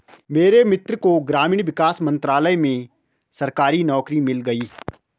मेरे मित्र को ग्रामीण विकास मंत्रालय में सरकारी नौकरी मिल गई